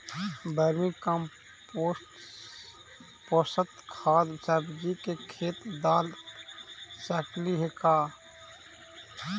Vermi compost खाद सब्जी के खेत दाल सकली हे का?